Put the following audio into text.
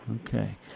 Okay